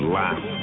laugh